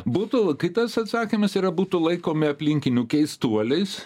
būtų kitas atsakymas yra būtų laikomi aplinkinių keistuoliais